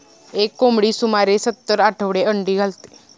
एक कोंबडी सुमारे सत्तर आठवडे अंडी घालते